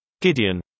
Gideon